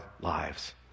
lives